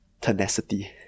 tenacity